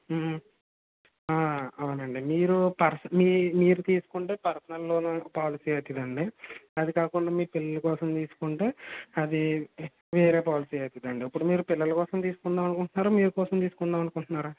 అవునండి మీరు పర్స్ మీ మీరు తీసుకుంటే పర్సనల్ లోన్ పోలసీ అవుతుందండి అది కాకుండా మీ పిల్లల కోసం తీసుకుంటే అది వేరే పోలసీ అయితుందండి ఉప్పుడు మీరు పిల్లల కోసం తీసుకుందామనుకుంటున్నారా మీ కోసం తీసుకుందామనుకుంటున్నారా